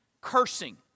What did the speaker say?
cursing